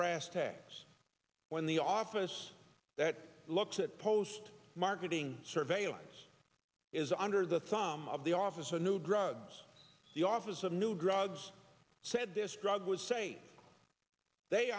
brass tacks when the office that looks at post marketing surveillance is under the thumb of the office of new drugs the office of new drugs said this drug would say they